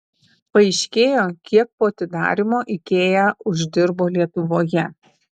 paaiškėjo kiek po atidarymo ikea uždirbo lietuvoje